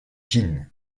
jin